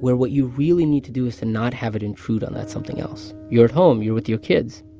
where what you really need to do is to not have it intrude on that something else? you're at home. you're with your kids.